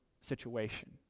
situation